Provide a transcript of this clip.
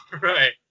Right